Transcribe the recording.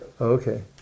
Okay